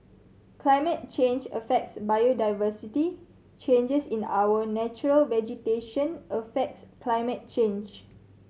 climate change affects biodiversity changes in our natural vegetation affects climate change